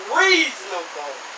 reasonable